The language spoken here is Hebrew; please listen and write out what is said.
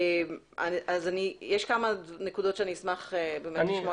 יש כמה נקודות שאני אשמח לשמוע.